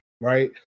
right